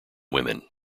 women